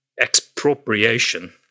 expropriation